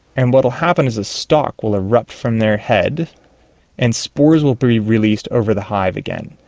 and what will happen is a stalk will erupt from their head and spores will be released over the hive again.